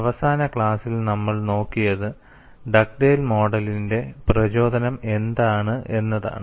അവസാന ക്ലാസ്സിൽ നമ്മൾ നോക്കിയത് ഡഗ്ഡേൽ മോഡലിന്റെ പ്രചോദനം എന്താണ് എന്നതാണ്